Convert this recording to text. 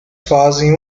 fazem